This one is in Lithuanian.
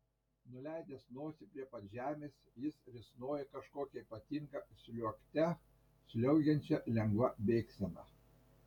nuleidęs nosį prie pat žemės jis risnojo kažkokia ypatinga sliuogte sliuogiančia lengva bėgsena